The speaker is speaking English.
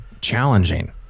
challenging